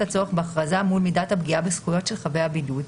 הצורך בהכרזה מול מידת הפגיעה בזכויות של חבי הבידוד,